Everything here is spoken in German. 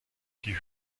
die